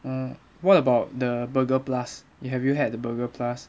um what about the burger plus you have you had the burger plus